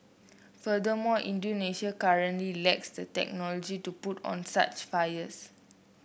furthermore Indonesia currently lacks the technology to put out such fires